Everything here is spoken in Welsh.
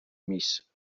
mis